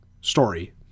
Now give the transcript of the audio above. story